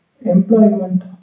employment